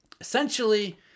essentially